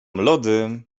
lody